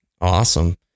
Awesome